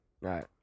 Right